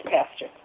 Pastor